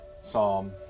Psalm